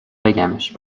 بگمش